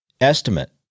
estimate